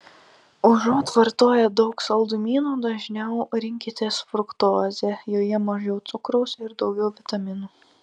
užuot vartoję daug saldumynų dažniau rinkitės fruktozę joje mažiau cukraus ir daugiau vitaminų